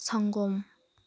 ꯁꯪꯒꯣꯝ